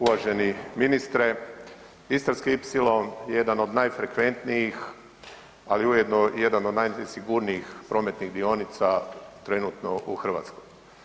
Uvaženi ministre, Istarski ipsilon je jedan od najfrekventnijih, ali ujedno i jedan od najnesigurnijih prometnih dionica trenutno u Hrvatskoj.